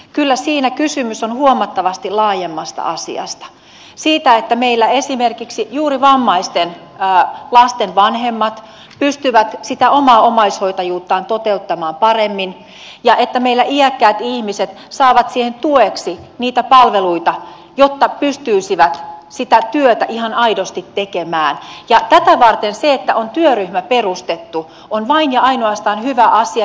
kyllä siinä on kysymys huomattavasti laajemmasta asiasta siitä että meillä esimerkiksi juuri vammaisten lasten vanhemmat pystyvät omaa omaishoitajuuttaan toteuttamaan paremmin ja iäkkäät ihmiset saavat tueksi palveluita jotta pystyisivät sitä työtä ihan aidosti tekemään ja tätä varten se että on perustettu työryhmä on vain ja ainoastaan hyvä asia